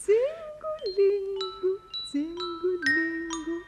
cingu lingu cingu lingu